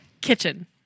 Kitchen